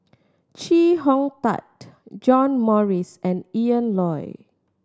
Chee Hong Tat John Morrice and Ian Loy